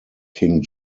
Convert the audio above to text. king